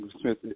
Smith